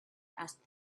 asked